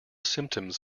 symptoms